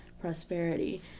prosperity